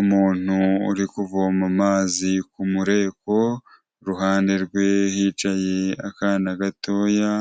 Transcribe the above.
Umuntu uri kuvoma amazi ku mureko iruhande rwe hicaye akana gatoya